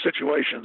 situations